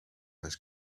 this